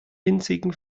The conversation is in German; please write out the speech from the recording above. winzigen